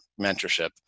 mentorship